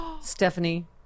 Stephanie